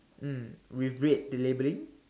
mm with red labelling